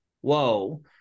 whoa